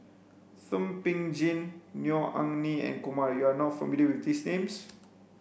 Thum Ping Tjin Neo Anngee and Kumar you are not familiar with these names